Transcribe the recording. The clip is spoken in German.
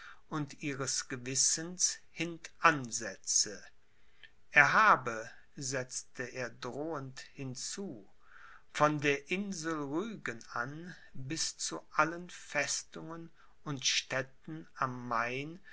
und ihres gewissens hintansetze er habe setzte er drohend hinzu von der insel rügen an bis zu allen festungen und städten am main